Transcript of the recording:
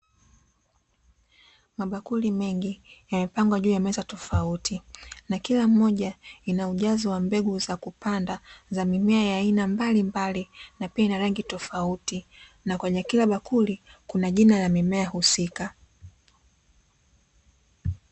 Mabakuli mengi, yamepangwa juu ya meza tofauti na kila moja ina ujazo wa mbegu za kupanda za mimea ya aina mbalimbali na pia ina rangi tofauti, na kwenye kila bakuli kuna jina la mimea husika.